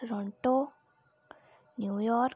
Toronto New York